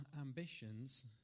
ambitions